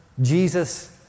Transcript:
Jesus